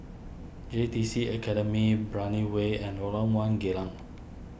J T C Academy Brani Way and Lorong one Geylang